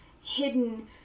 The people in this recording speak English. hidden